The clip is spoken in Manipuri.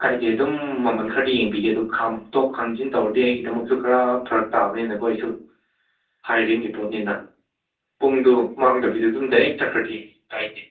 ꯀꯥꯏꯗꯦ ꯑꯗꯨꯝ ꯃꯃꯜ ꯈꯔꯗꯤ ꯌꯦꯡꯕꯤꯒꯦ ꯑꯗꯨ ꯈꯥꯝꯇꯣꯛ ꯈꯥꯝꯖꯤꯟ ꯇꯧꯔꯗꯤ ꯑꯩꯒꯤꯗꯃꯛꯁꯨ ꯈꯔ ꯐꯔꯛ ꯇꯥꯕꯅꯤꯅꯀꯣ ꯑꯩꯁꯨ ꯍꯥꯏꯌꯔꯤꯡꯒꯤ ꯄꯣꯠꯅꯤꯅ ꯄꯨꯡꯗꯣ ꯃꯥꯡꯗꯕꯤꯗ ꯑꯗꯨꯝ ꯗꯥꯏꯔꯦꯛ ꯆꯠꯈ꯭ꯔꯗꯤ ꯀꯥꯏꯗꯦ